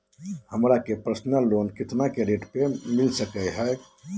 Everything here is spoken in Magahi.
हमरा के पर्सनल लोन कितना के रेट पर मिलता सके ला?